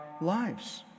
lives